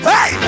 Hey